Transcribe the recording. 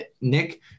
Nick